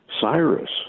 Cyrus